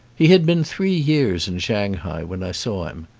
he had been three years in shanghai when i saw him.